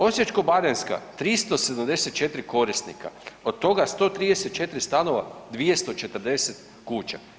Osječko-baranjska 374 korisnika od toga 134 stanova, 240 kuća.